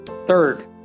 Third